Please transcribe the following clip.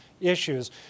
issues